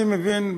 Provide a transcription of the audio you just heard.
אני מבין,